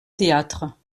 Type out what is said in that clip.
théâtre